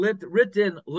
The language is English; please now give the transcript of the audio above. written